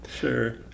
sure